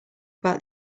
about